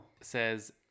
says